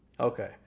Okay